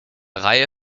reihe